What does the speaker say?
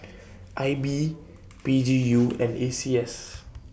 I B P G U and A C S